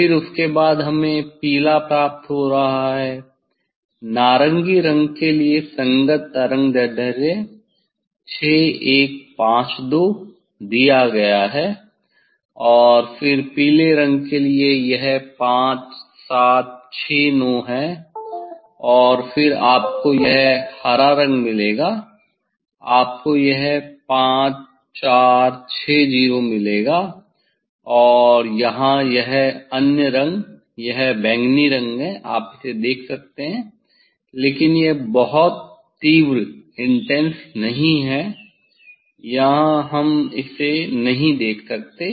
फिर उसके बाद हमें पीला प्राप्त हो रहा है नारंगी रंग के लिए संगत तरंगदैर्ध्य 6152 दिया गया है और फिर पीले रंग के लिए यह 5769 है और फिर आपको यह हरा रंग मिलेगा आपको यह 5460 मिलेगा और यहां यह अन्य रंग यह बैंगनी रंग है आप इसे देख सकते हैं लेकिन यह बहुत तीव्र नहीं है यहां हम इसे नहीं देख सकते